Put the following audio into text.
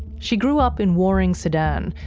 she grew up in warring sudan,